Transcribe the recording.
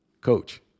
Coach